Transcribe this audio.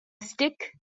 stick